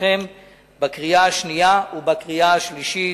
בפניכם בקריאה השנייה ובקריאה השלישית.